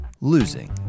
losing